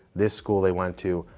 this school they went to,